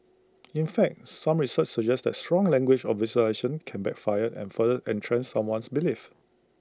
in fact some research suggests that strong language or visualisations can backfire and further entrench someone's beliefs